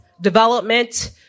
development